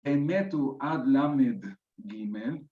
‫הן מתו עד למד ג'ימן.